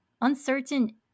uncertain